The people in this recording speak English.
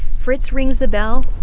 fritz rings the bell